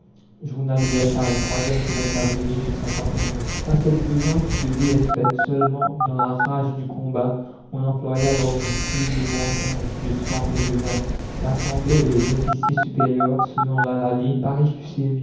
journal de ersailles e à cette besogne qui devait être faite seulement dans la rage du combat on employa l'armée ivre de mensonges de sang et de vin l'assemblée et les officiers supérieurs sonnant l'hallali paris